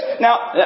Now